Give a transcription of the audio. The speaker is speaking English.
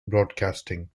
broadcasting